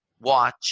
watch